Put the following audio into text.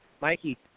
Mikey